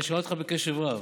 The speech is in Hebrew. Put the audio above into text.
אני שמעתי אותך בקשב רב.